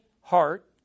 heart